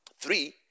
Three